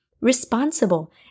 responsible